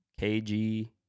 KG